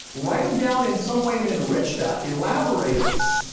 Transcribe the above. write em down in some way and enrich that, elaborate it,